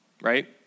right